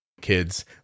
kids